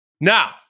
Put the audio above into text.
Now